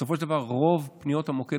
בסופו של דבר רוב הפניות למוקד,